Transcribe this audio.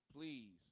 please